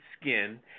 skin